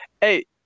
Hey